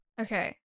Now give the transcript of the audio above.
Okay